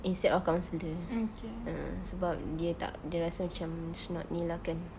instead of counsellor ah sebab dia tak dia rasa it's not ini lah kan